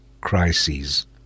crises